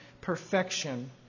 perfection